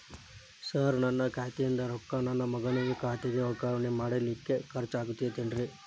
Sir ನನ್ನ ಖಾತೆಯಿಂದ ರೊಕ್ಕ ನನ್ನ ಮಗನ ಖಾತೆಗೆ ವರ್ಗಾವಣೆ ಮಾಡಲಿಕ್ಕೆ ಖರ್ಚ್ ಆಗುತ್ತೇನ್ರಿ?